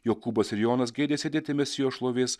jokūbas ir jonas geidė sėdėti misijos šlovės